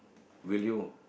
will you